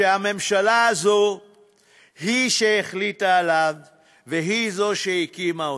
שהממשלה הזאת היא שהחליטה עליו והיא שהקימה אותו,